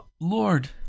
Lord